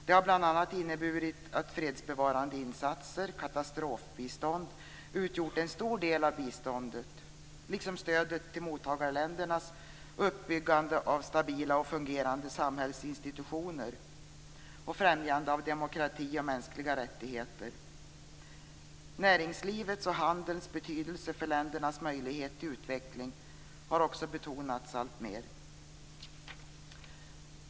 Det har bl.a. inneburit att fredsbevarande insatser och katastrofbistånd utgjort en stor del av biståndet, liksom stöd till mottagarländernas uppbyggande av stabila och fungerande samhällsinstitutioner och främjande av demokrati och mänskliga rättigheter. Näringslivets och handelns betydelse för ländernas möjlighet till utveckling har också betonats alltmer.